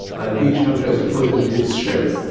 and each country has to put in its share.